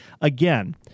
Again